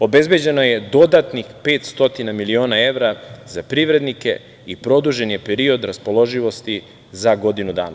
Obezbeđeno je dodatnih 500 miliona evra za privrednike i produžen je period raspoloživosti za godinu dana.